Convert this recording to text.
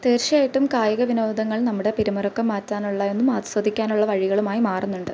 തീർച്ചയായിട്ടും കായിക വിനോദങ്ങൾ നമ്മുടെ പിരിമുറുക്കം മാറ്റാൻ ഉള്ളതും ആസ്വദിക്കാനുള്ള വഴികളും ആയി മാറുന്നുണ്ട്